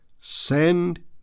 Send